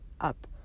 up